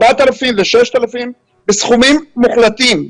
4,000 ו-6,000 בסכומים מוחלטים.